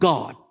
God